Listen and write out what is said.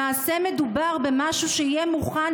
למעשה מדובר במשהו שיהיה מוכן,